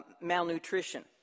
malnutrition